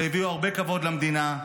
והביאו הרבה כבוד למדינה.